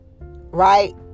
right